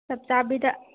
ꯆꯞ ꯆꯥꯕꯤꯗ